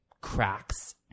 cracks